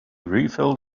refilled